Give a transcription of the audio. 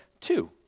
two